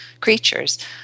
creatures